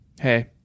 Hey